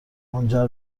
منجر